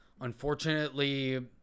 Unfortunately